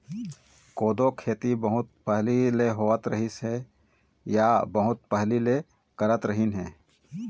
कोदो खेती बहुत पहिली ले होवत रिहिस हे या बहुत पहिली ले करत रिहिन हे